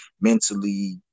mentally